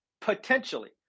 potentially